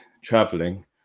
traveling